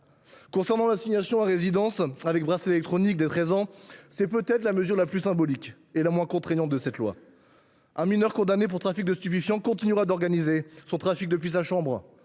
parentale. L’assignation à résidence avec bracelet électronique dès 13 ans est peut être la mesure la plus symbolique et la moins contraignante de cette proposition de loi. Un mineur condamné pour trafic de stupéfiants continuera d’organiser son trafic depuis sa chambre,